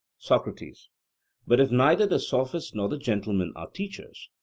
socrates but if neither the sophists nor the gentlemen are teachers,